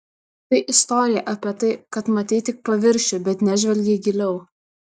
tai istorija apie tai kad matei tik paviršių bet nežvelgei giliau